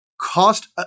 cost